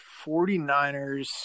49ers